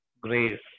grace